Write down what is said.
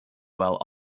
while